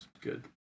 good